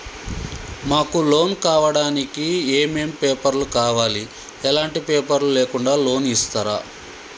మాకు లోన్ కావడానికి ఏమేం పేపర్లు కావాలి ఎలాంటి పేపర్లు లేకుండా లోన్ ఇస్తరా?